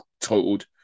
totaled